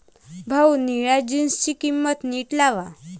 भाऊ, निळ्या जीन्सची किंमत नीट लावा